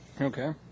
Okay